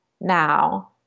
now